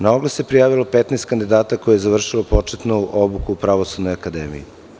Na oglas se prijavilo 15 kandidata koji su završili početnu obuku Pravosudne akademije.